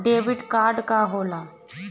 Debit card का होला?